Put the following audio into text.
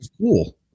cool